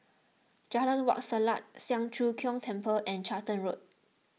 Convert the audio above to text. Jalan Wak Selat Siang Cho Keong Temple and Charlton Road